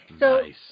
Nice